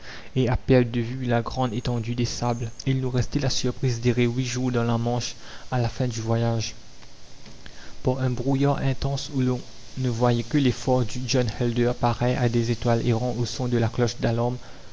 et à perte de vue la grande étendue des sables il nous restait la surprise d'errer huit jours dans la manche à la fin du voyage par un brouillard intense où l'on ne voyait que les phares du john helder pareils à des étoiles errant au son de la cloche d'alarme